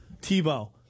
Tebow